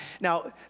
Now